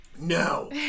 No